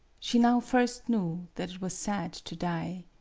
she now first knew that it was sad to die.